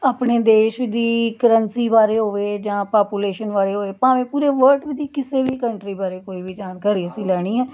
ਆਪਣੇ ਦੇਸ਼ ਦੀ ਕਰੰਸੀ ਬਾਰੇ ਹੋਵੇ ਜਾਂ ਪਾਪੂਲੇਸ਼ਨ ਬਾਰੇ ਹੋਏ ਭਾਵੇਂ ਪੂਰੇ ਵਲਡ ਦੀ ਕਿਸੇ ਵੀ ਕੰਟਰੀ ਬਾਰੇ ਕੋਈ ਵੀ ਜਾਣਕਾਰੀ ਅਸੀਂ ਲੈਣੀ ਹੈ